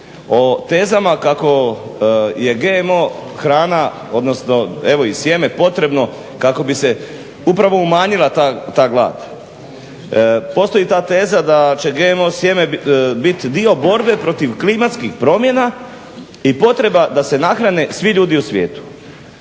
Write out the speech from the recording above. o tezama kako je GMO hrana odnosno evo i sjeme potrebno kako bi se upravo umanjila ta glad. Postoji ta teza da će GMO sjeme biti dio borbe protiv klimatskih promjena i potreba da se nahrane svi ljudi u svijetu.